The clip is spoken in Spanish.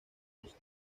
rosas